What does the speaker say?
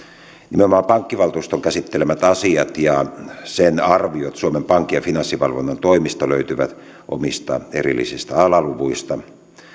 nimenomaan pankkivaltuuston käsittelemät asiat ja sen arviot suomen pankin ja finanssivalvonnan toimista löytyvät omista erillisistä alaluvuista